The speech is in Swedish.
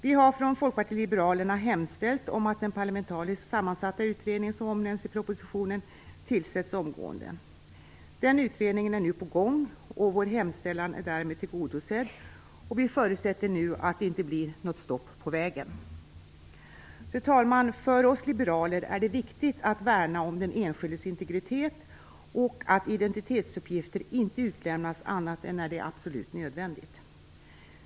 Vi har från Folkpartiet liberalerna hemställt om att den parlamentariskt sammansatta utredning som omnämnts i propositionen tillsätts omgående. Den utredningen är nu på gång, och vår hemställan är därmed tillgodosedd. Vi förutsätter att det nu inte blir något stopp på vägen. Fru talman! För oss liberaler är det viktigt att värna om den enskildes integritet och att identitetsuppgifter inte utlämnas annat än när det är absolut nödvändigt.